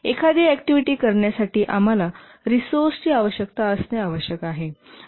एखादी ऍक्टिव्हिटी करण्यासाठी आम्हाला रिसोर्स ची आवश्यकता असणे आवश्यक आहे